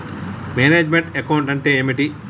Manage meant account అంటే ఏమిటి?